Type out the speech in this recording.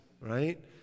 right